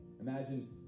Imagine